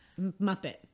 Muppet